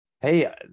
Hey